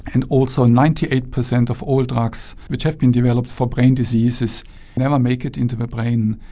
and also ninety eight percent of all drugs which have been developed for brain diseases never make it into the brain.